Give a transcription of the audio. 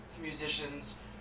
musicians